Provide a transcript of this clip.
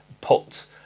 put